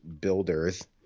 builders